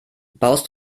baust